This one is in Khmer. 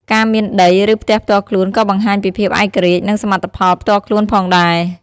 ការមានដី ឬផ្ទះផ្ទាល់ខ្លួនក៏បង្ហាញពីភាពឯករាជ្យ និងសមិទ្ធផលផ្ទាល់ខ្លួនផងដែរ។